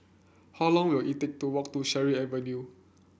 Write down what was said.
how long will it take to walk to Cherry Avenue